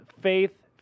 faith